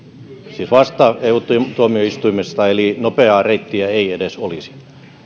siis vasta eu tuomioistuimesta eli nopeaa reittiä ei edes olisi